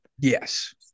Yes